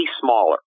smaller